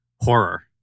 horror